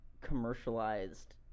commercialized